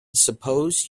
suppose